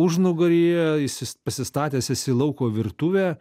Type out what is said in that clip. užnugaryje esi is pasistatęs esi lauko virtuvę